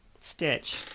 Stitch